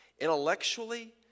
intellectually